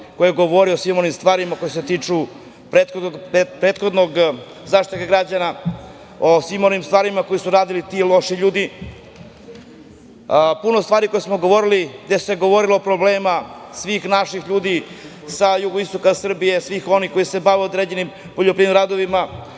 je govorio o svim onim stvarima koje se tiču prethodnog Zaštitnika građana, o svim onim stvarima koje su radili ti loši ljudi. Puno stvari o kojima smo govorili, gde se govorilo o problemima svih naših ljudi sa jugoistoka Srbije, svih onih koji se bave određenim poljoprivrednim radovima